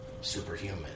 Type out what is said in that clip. superhuman